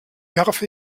werfe